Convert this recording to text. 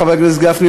חבר הכנסת גפני,